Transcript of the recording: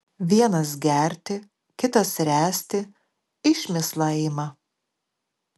vienas gerti kitas ręsti išmislą ima